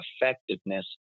effectiveness